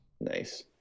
Nice